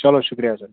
چلو شُکریہ سر